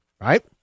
right